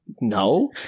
no